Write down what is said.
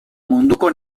munduko